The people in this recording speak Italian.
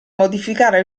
modificare